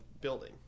building